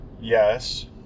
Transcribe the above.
Yes